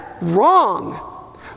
wrong